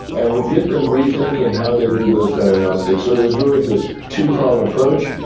and we get them rethinking how they do those diagnostics. so there's really this two-pronged approach.